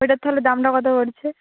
ওইটার তাহলে দামটা কতো পড়ছে